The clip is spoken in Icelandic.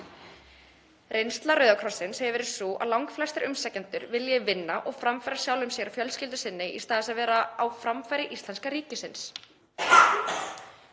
Reynsla Rauða krossins hefur verið sú að langflestir umsækjendur vilji vinna og framfæra sjálfum sér og fjölskyldu sinni í stað þess að vera á framfæri íslenska ríkisins.“